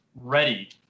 ready